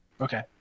Okay